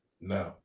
No